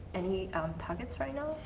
any um targets right now?